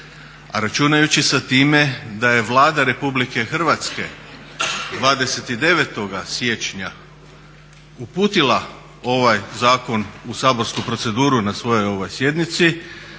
A računajući sa time da je Vlada RH 29. siječnja uputila ovaj zakon u saborsku proceduru na svojoj sjednici